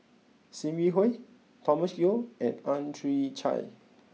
Sim Yi Hui Thomas Yeo and Ang Chwee Chai